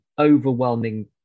overwhelming